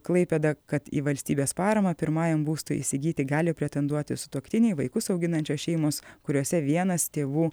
klaipėda kad į valstybės paramą pirmajam būstui įsigyti gali pretenduoti sutuoktiniai vaikus auginančios šeimos kuriose vienas tėvų